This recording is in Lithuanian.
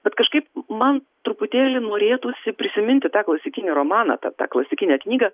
bet kažkaip man truputėlį norėtųsi prisiminti tą klasikinį romaną apie tą klasikinę knygą